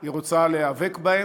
היא רוצה להיאבק בהם.